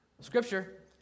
Scripture